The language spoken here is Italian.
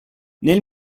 nel